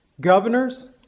governors